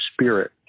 spirit